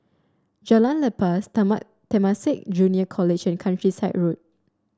Jalan Lepas Temasek Junior College and Countryside Road